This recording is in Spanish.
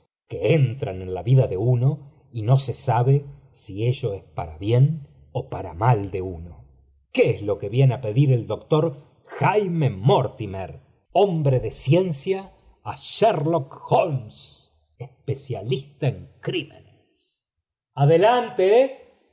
que entraív en la vida de uno y no se sabe si ello e l para bien ó para mal de uno qué ea lo que viená pedir el doctor jaime mortimer hombre de ciencia á sherlock holmes especialista en crírn ties adelante